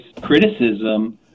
criticism